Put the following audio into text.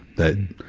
that,